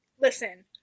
Listen